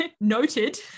noted